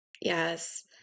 Yes